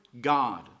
God